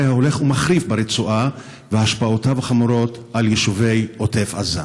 ההולך ומחריף ברצועה והשפעותיו החמורות על יישובי עוטף עזה?